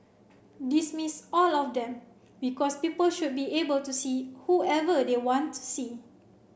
dismiss all of them because people should be able to see whoever they want to see